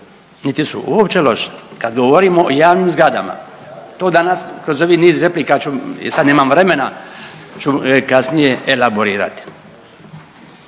niti su uopće loše, kad govorimo o javnim zgradama. To danas kroz ovi niz replika ću jer sad nemam vremena ću kasnije elaborirati.